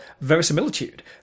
verisimilitude